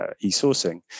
e-sourcing